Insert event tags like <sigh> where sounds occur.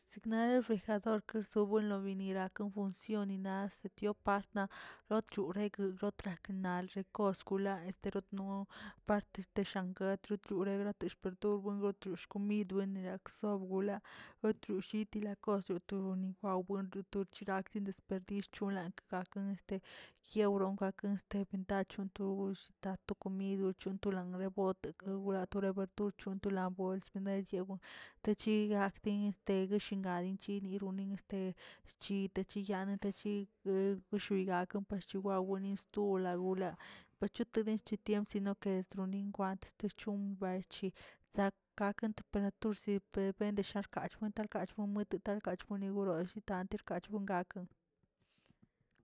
Siknare fijador sobuenli binara fincionina setiop partn' rochire kort raknal rekost kunaꞌ esterotno partes teshanga rotrorera <unintelligible> rotrushga yidbuen niraksokꞌ gula otroshikinila sotoni nibwabuen to chirakni desperdicio cholank gakə yewron gakə este ventacho gogə shitat to komidə chontula rebos tegorat grebue tochantala bols desyawan, chigakdin este gueshingagan chedini wnin este schi techiyane techiguegə shi gakan parchigayen bonistol lagul', bochoti de che tiempsi kesnori wan te chom baychi, zak gaken to plat sepe ben di sharkaꞌ xbwetalkal buento talkachi boni woroch tantirkachu gakan.